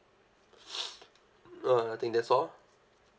no I think that's all